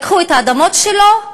לקחו את האדמות שלו,